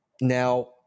Now